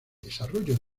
desarrollo